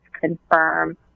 confirm